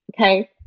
okay